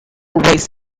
writes